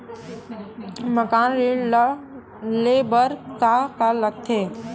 मकान ऋण ले बर का का लगथे?